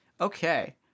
Okay